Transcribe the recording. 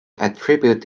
attribute